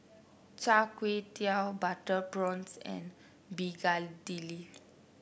Char Kway Teow Butter Prawns and begedil